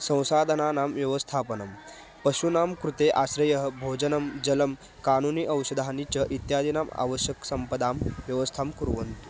संसादनानां व्यवस्थापनं पशूनां कृते आश्रयः भोजनं जलं कानूनि औषधानि च इत्यादीनाम् आवश्यकसम्पदां व्यवस्थां कुर्वन्तु